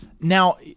Now